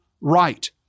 right